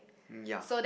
ya